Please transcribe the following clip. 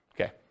Okay